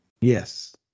Yes